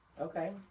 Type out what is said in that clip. Okay